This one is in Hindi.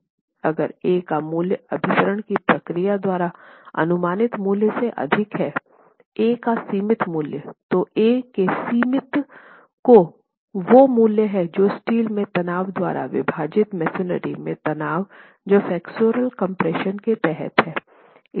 अगर a का मूल्य अभिसरण की प्रक्रिया द्वारा अनुमानित मूल्य से अधिक है a का सीमित मूल्य तो a के सीमित वो मूल्य हैं जो स्टील में तनाव द्वारा विभाजित मसोनरी में तनाव जो फ्लेक्सुरल कम्प्रेशन के तहत हैं